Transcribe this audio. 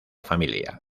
familia